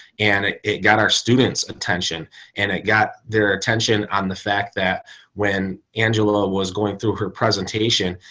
and it it got our students attention and it got their attention on the fact that when angela was going through her presentation,